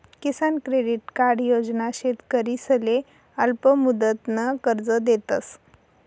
किसान credit card योजना शेतकरीसले अल्पमुदतनं कर्ज देतस